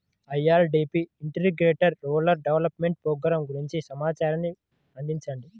IRDP integrated rural development programme గురించి సమాచారాన్ని అందించండి?